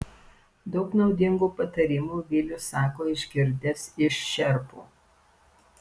daug naudingų patarimų vilius sako išgirdęs iš šerpų